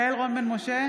יעל רון בן משה,